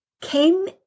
came